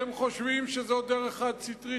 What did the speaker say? אתם חושבים שזו דרך חד-סטרית,